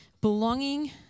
belonging